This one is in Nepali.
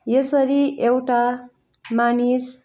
यसरी एउटा मानिस